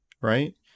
right